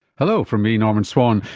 hello from me, norman swan.